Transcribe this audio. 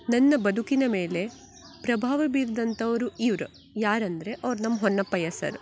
ನನ್ನ ಬದುಕಿನ ಮೇಲೆ ಪ್ರಭಾವ ಬೀರ್ದಂಥವರು ಇವ್ರು ಯಾರಂದರೆ ಅವ್ರು ನಮ್ಮ ಹೊನ್ನಪ್ಪಯ್ಯ ಸರ್